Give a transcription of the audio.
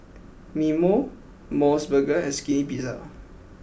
Mimeo Mos Burger and Skinny Pizza